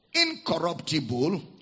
incorruptible